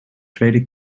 tweede